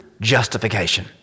justification